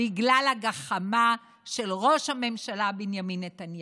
בגלל הגחמה של ראש הממשלה בנימין נתניהו.